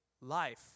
life